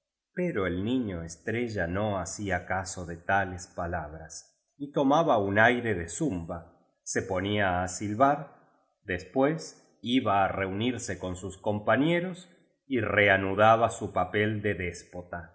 pero el niño estrella no hacía caso de tales palabras y to maba un aire de zumba se ponía á silbar después iba á re unirse con sus compañeros y reanudaba su papel de déspota